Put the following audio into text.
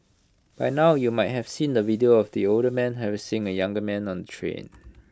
by now you might have seen the video of the older man harassing A younger man on the train